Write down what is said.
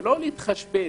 ולא להתחשבן.